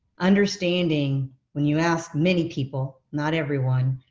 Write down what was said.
understanding when you ask many people, not everyone,